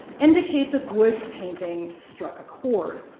indicate that wood's painting struck a chord.